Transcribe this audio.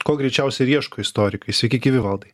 ko greičiausiai ir ieško istorikai sveiki gyvi valdai